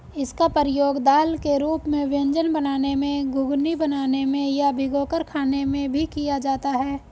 इसका प्रयोग दाल के रूप में व्यंजन बनाने में, घुघनी बनाने में या भिगोकर खाने में भी किया जाता है